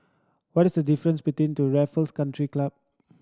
what is the difference between to Raffles Country Club